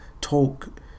talk